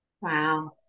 Wow